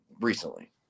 recently